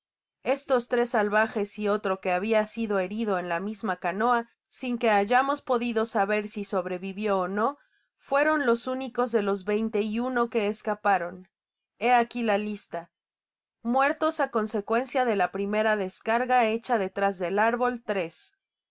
estos tres salvajes y otro que habia sido herido en la misma canoa sin que hayamos pedido saber si sobrevivio ó no fueron los únicos de los veinte y uno que escaparon hó aqui la lista muertos á consecuencia de la primera descarga content from google book search generated at hecha detrás del árbol